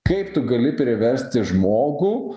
kaip tu gali priversti žmogų